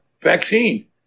vaccine